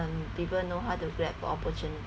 people know how to grab opportunity